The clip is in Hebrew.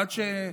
עד שזה שונה.